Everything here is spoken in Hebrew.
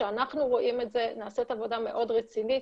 שאנחנו רואים את זה נעשית עבודה מאוד רצינית